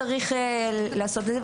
צריך לעשות את זה פה.